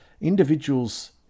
individuals